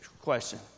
question